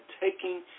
taking